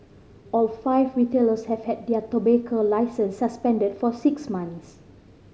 all five retailers have had their tobacco licences suspended for six months